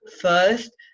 first